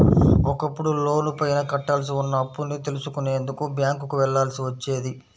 ఒకప్పుడు లోనుపైన కట్టాల్సి ఉన్న అప్పుని తెలుసుకునేందుకు బ్యేంకుకి వెళ్ళాల్సి వచ్చేది